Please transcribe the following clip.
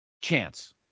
chance